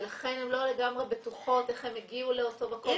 ולכן הן לא לגמרי בטוחות איך הן הגיעו לאותו מקום.